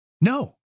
No